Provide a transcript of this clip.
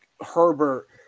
Herbert –